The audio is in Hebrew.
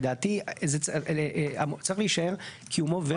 לדעתי צריך להישאר קיומו וחוסנו.